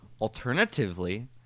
Alternatively